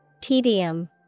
Tedium